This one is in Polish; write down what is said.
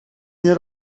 nie